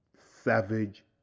savage